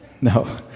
No